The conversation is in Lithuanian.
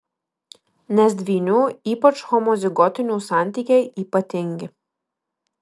nes dvynių ypač homozigotinių santykiai ypatingi